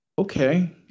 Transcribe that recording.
okay